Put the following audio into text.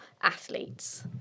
athletes